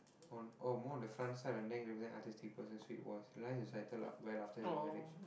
on oh mole at the front side of the neck represents artistic person sweet voice life is settled well after their marriage